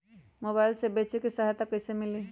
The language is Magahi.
मोबाईल से बेचे में सहायता कईसे मिली?